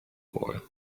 boy